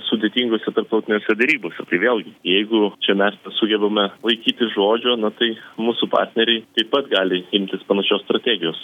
sudėtingose tarptautinėse derybose tai vėlgi jeigu čia mes nesugebame laikytis žodžio na tai mūsų partneriai taip pat gali imtis panašios strategijos